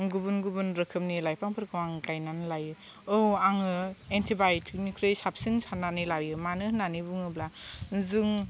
गुबुन गुबुन रोखोमनि लाइफांफोरखौ आं गायनानै लायो औ आङो एन्टिबाय'टिकनिख्रुइ साबसिन साननानै लायो मानो होननानै बुङोब्ला जों